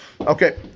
Okay